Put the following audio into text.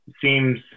seems